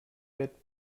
bett